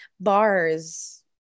bars